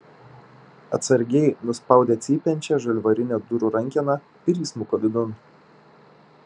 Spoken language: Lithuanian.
atsargiai nuspaudė cypiančią žalvarinę durų rankeną ir įsmuko vidun